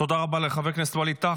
תודה רבה לחבר הכנסת ווליד טאהא.